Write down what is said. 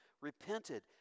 repented